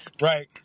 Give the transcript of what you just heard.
right